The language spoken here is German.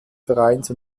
vereins